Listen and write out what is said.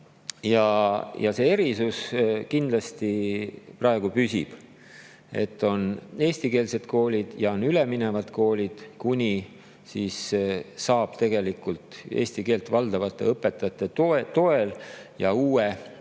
Ja see erisus kindlasti praegu püsib, et on eestikeelsed koolid ja on üleminevad koolid, enne kui saab tegelikult eesti keelt valdavate õpetajate toel ja toetudes